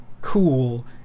cool